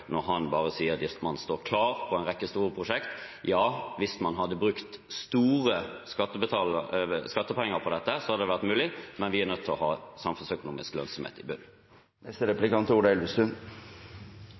når han sier at man står klar på en rekke store prosjekter. Ja, hvis man hadde brukt store skattepenger på dette, hadde det vært mulig, men vi er nødt til å ha samfunnsøkonomisk lønnsomhet i bunnen.